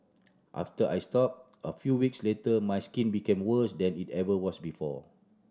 after I stopped a few weeks later my skin became worse than it ever was before